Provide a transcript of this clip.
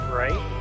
right